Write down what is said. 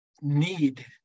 need